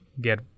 get